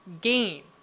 game